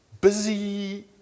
busy